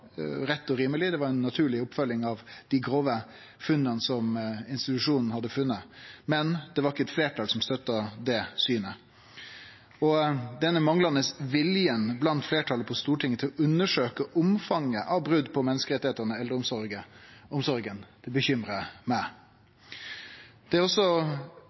rett og rimeleg – at det var ei naturleg oppfølging av dei grove funna som institusjonen hadde gjort. Men eit fleirtal støtta ikkje det synet. Denne manglande viljen blant fleirtalet på Stortinget til å undersøkje omfanget av brot på menneskerettane i eldreomsorga bekymrar meg. Det er også